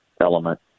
element